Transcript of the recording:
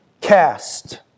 cast